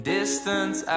Distance